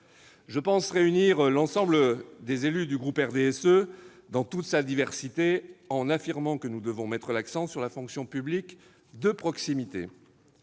Je pense réunir l'ensemble des élus du groupe du RDSE, dans toute sa diversité, en affirmant que nous devons mettre l'accent sur la fonction publique de proximité.